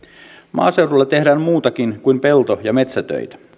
maaseudulla tehdään muutakin kuin pelto ja metsätöitä